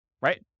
Right